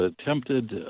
attempted